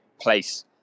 place